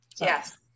Yes